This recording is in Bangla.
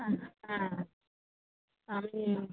অ্যাঁ হ্যাঁ আমি